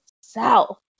south